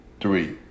three